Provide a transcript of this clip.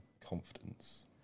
confidence